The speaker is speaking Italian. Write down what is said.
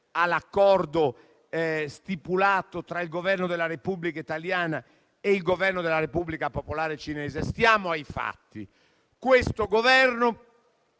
all'Accordo stipulato tra il Governo della Repubblica italiana e il Governo della Repubblica popolare cinese, dobbiamo stare ai fatti: questo Governo